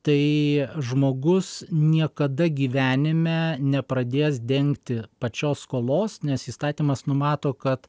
tai žmogus niekada gyvenime nepradės dengti pačios skolos nes įstatymas numato kad